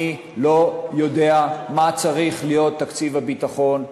אני לא יודע מה צריך להיות תקציב הביטחון.